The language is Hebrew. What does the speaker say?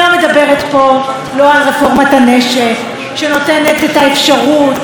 שנותנת את האפשרות לעוד אנשים להחזיק נשק ועוד